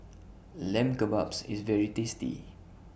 Lamb Kebabs IS very tasty